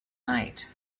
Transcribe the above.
night